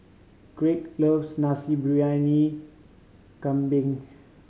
Greg loves Nasi Briyani Kambing